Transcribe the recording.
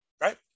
Right